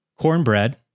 Cornbread